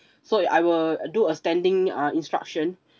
so I will do a standing uh instruction